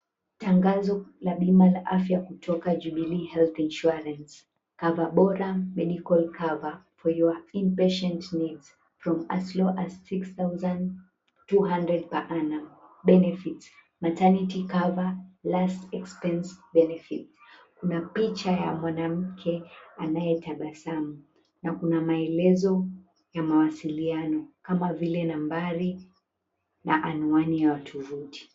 Tangazo la bima la afya kutoka Jubilee Health Insurance Cover bora medical cover for your impatient needs from as low as 6200 per annum. Benefits maternity cover, last expense benefit, kuna picha ya mwanamke anayetabasamu na kuna maelezo ya mawasiliano kama vile nambari na anwani ya tovuti.